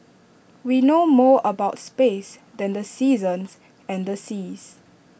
we know more about space than the seasons and the seas